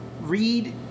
read